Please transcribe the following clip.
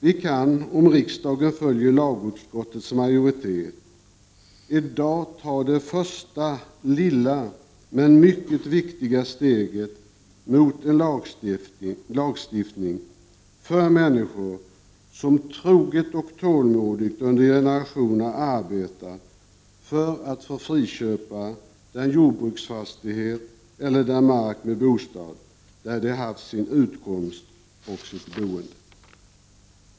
Vi kan — om riksdagen följer lagutskottets majoritet — i dag ta det första lilla men mycket viktiga steget mot en lagstiftning för människor som troget och tålmodigt under generationer arbetat för att få friköpa den jordbruksfastighet, eller den mark med bostad, där de haft sin utkomst och sitt boende.